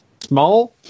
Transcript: small